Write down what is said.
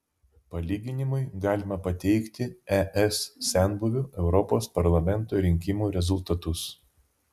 palyginimui galima pateikti es senbuvių europos parlamento rinkimų rezultatus